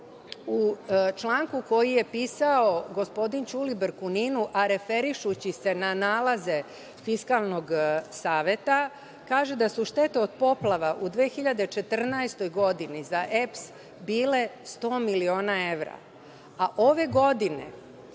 u članku koji je pisao gospodin Ćulibrk u NIN-u, a referišući se na nalaze Fiskalnog saveta, kaže da su štete od poplava u 2014. godini za EPS bile 100 miliona evra, a ove godine